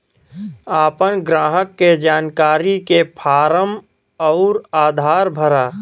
आपन ग्राहक के जानकारी के फारम अउर आधार भरा